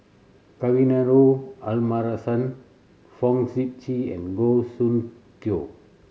Kavignareru Amallathasan Fong Sip Chee and Goh Soon Tioe